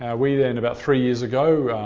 ah we then about three years ago,